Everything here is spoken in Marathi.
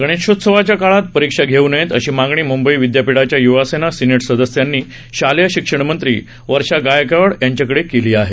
गणेशोत्सवाच्या काळात परीक्षा घेऊ नयेत अशी मागणी मुंबई विदयापीठाच्या युवासेना सिनेट सदस्यांनी शालेय शिक्षण मंत्री वर्षा गायकवाड यांच्याकडे केली आहे